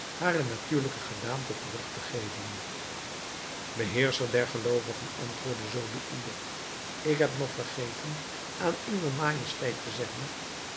hare natuurlijke gedaante terug te geven beheerscher der geloovigen antwoordde zobeïde ik heb nog vergeten aan uwe majesteit te zeggen